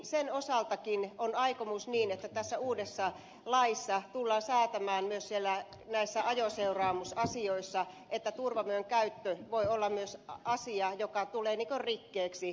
sen osalta on aikomus että tässä uudessa laissa tullaan säätämään myös näissä ajoseuraamusasioissa että turvavyön käyttämättä jättäminen voi olla myös asia joka tulee rikkeeksi